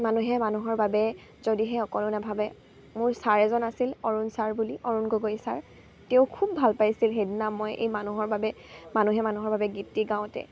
মানুহে মানুহৰ বাবে যদিহে সকলো নাভাবে মোৰ ছাৰ এজন আছিল অৰুণ ছাৰ বুলি অৰুণ গগৈ ছাৰ তেওঁ খুব ভাল পাইছিল সেইদিনা মই এই মানুহৰ বাবে মানুহে মানুহৰ বাবে গীতটি গাওঁতে